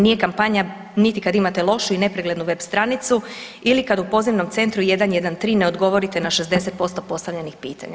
Nije kampanja niti kad imate lošu i nepreglednu web stranicu ili kad u pozivnom centru 113 ne odgovorite na 60% postavljenih pitanja.